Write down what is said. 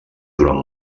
durant